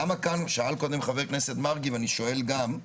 למה כאן, שאל קודם חבר הכנסת מרגי, ואני שואל גם,